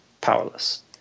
powerless